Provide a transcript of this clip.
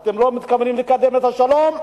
אתם לא מתכוונים לקדם את השלום,